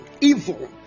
Evil